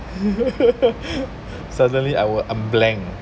suddenly I wa~ I'm blank